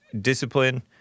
discipline